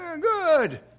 Good